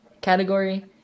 category